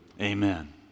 Amen